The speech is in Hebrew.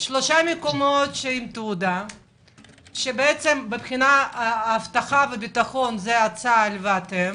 שלושה מקומות עם תעודה שמבחינת אבטחה וביטחון זה צה"ל ואתם.